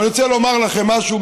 אבל אני רוצה לומר לכם משהו,